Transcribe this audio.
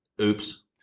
Oops